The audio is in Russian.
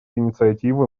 инициативы